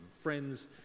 Friends